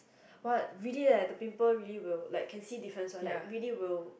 what really leh the pimple really will like can see different one like really will